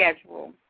schedule